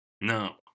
no